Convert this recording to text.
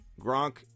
Gronk